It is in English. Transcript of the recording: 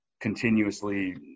continuously